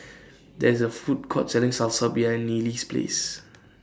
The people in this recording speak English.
There IS A Food Court Selling Salsa behind Neely's Place